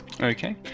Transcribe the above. Okay